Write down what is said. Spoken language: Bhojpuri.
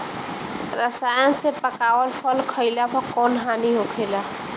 रसायन से पकावल फल खइला पर कौन हानि होखेला?